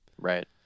Right